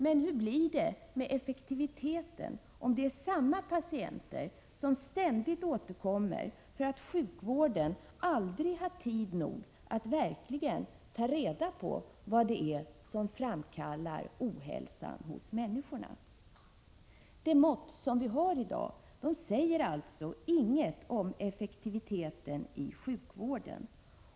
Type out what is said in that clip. Men hur blir det med effektiviteten, om det är samma patienter som ständigt återkommer därför att sjukvården aldrig har tid nog att verkligen ta reda på vad som framkallar ohälsan hos människorna? De mätmetoder vi har i dag ger oss alltså inget besked om effektiviteten i sjukvården.